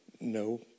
no